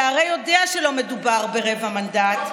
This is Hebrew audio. אתה הרי יודע שלא מדובר ברבע מנדט,